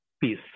peace